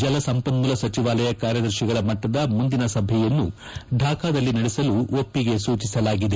ಜಲ ಸಂಪನ್ನೂಲ ಸಚಿವಾಲಯ ಕಾರ್ಯದರ್ಶಿಗಳ ಮಟ್ಟದ ಮುಂದಿನ ಸಭೆಯನ್ನು ಢಾಕಾದಲ್ಲಿ ನಡೆಸಲು ಒಪ್ಪಿಗೆ ಸೂಚಿಸಲಾಗಿದೆ